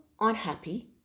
unhappy